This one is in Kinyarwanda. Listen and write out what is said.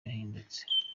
yahindutse